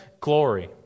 glory